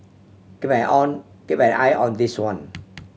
keep an eye on this one